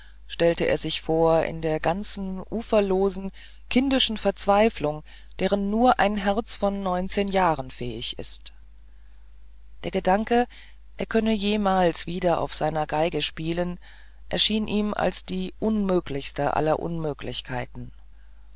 stellte er sich vor in der ganzen uferlosen kindischen verzweiflung deren nur ein herz von neunzehn jahren fähig ist der gedanke er könne jemals wieder auf seiner geige spielen erschien ihm als die unmöglichste aller unmöglichkeiten